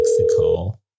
mexico